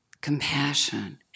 compassion